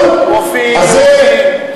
רופאים יהודים,